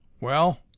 Well